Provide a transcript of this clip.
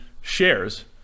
shares